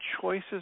choices